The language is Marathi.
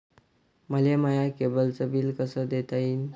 मले माया केबलचं बिल कस देता येईन?